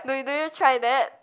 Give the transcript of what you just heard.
no do you try that